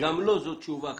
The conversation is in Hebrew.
גם לא זאת תשובה.